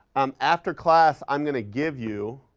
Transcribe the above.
um after class, i'm going to give you